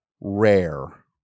Rare